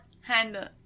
handle